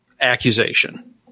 accusation